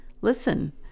Listen